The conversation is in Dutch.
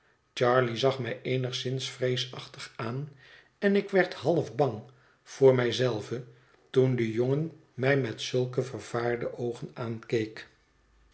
charley zag mij eenigszins vreesachtig aan en ik werd half bang voor mij zelve toen de jongen mij met zulke vervaarde oogen aankeek